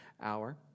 hour